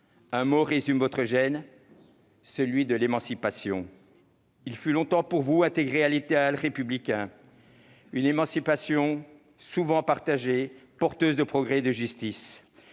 Un mot résume votre gêne : l'émancipation. Ce mot fut longtemps, pour vous, intégré à l'idéal républicain, une émancipation souvent partagée et porteuse de progrès et de justice.